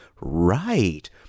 right